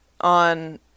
on